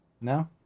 No